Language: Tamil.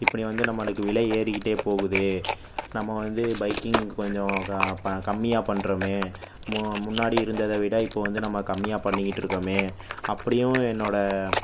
இப்படி வந்து நம்மளுக்கு விலை ஏறிக்கிட்டே போகுது நம்ம வந்து பைக்கிங் கொஞ்சம் கம்மியாக பண்றோமே மு முன்னாடி இருந்ததை விட இப்போ வந்து நம்ம கம்மியாக பண்ணிக்கிட்டு இருக்கோமே அப்படியும் என்னோட